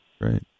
right